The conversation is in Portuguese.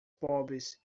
pobres